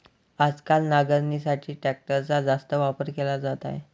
आजकाल नांगरणीसाठी ट्रॅक्टरचा जास्त वापर केला जात आहे